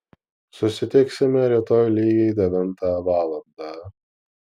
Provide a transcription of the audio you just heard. susitiksime rytoj lygiai devintą valandą